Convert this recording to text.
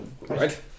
Right